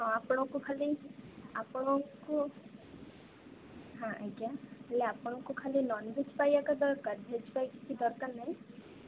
ଆପଣଙ୍କୁ ଖାଲି ଆପଣଙ୍କୁ ହଁ ଆଜ୍ଞା ଖାଲି ଆପଣଙ୍କୁ ଖାଲି ନନଭେଜ ଖାଇବାକୁ ଭେଜ ଫେଜ କିଛି ଦରକାର ନାଇଁ